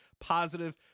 positive